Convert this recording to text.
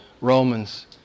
Romans